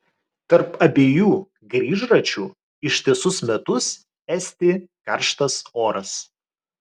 tarp abiejų grįžračių ištisus metus esti karštas oras